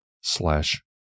slash